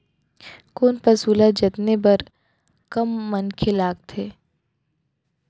कोन पसु ल जतने बर कम मनखे लागथे?